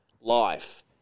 life